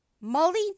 molly